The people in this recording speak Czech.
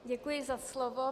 Děkuji za slovo.